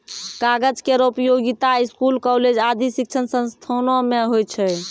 कागज केरो उपयोगिता स्कूल, कॉलेज आदि शिक्षण संस्थानों म होय छै